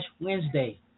Wednesday